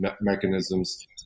mechanisms